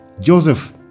Joseph